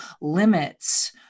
limits